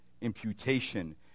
imputation